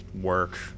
work